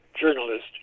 journalist